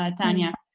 um tania.